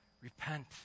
Repent